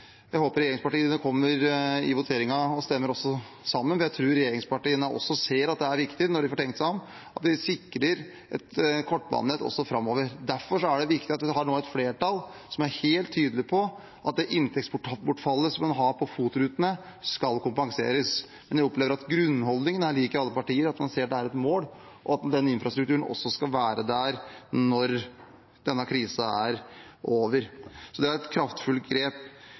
i voteringen vil stemme sammen med oss, for jeg tror regjeringspartiene også ser at det er viktig, når de får tenkt seg om, at vi sikrer et kortbanenett også framover. Derfor er det viktig at vi nå har et flertall som er helt tydelig på at det inntektsbortfallet som man har på FOT-rutene, skal kompenseres. Men jeg opplever at grunnholdningen er lik i alle partier, at man ser det er et mål, og at den infrastrukturen også skal være der når denne krisen er over. Det er et kraftfullt grep.